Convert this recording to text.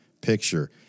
picture